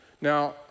Now